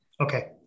okay